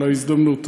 על ההזדמנות.